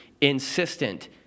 insistent